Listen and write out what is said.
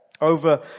over